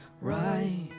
right